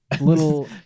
little